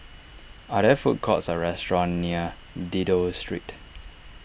are there food courts or restaurants near Dido Street